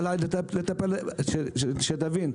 שתבין.